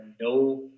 no